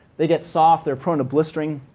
they get soft. they're prone to blistering.